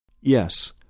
Yes